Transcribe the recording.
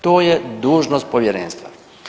To je dužnost povjerenstva.